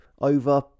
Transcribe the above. over